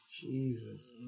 Jesus